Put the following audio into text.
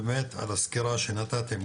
באמת על הסקירה שנתתם,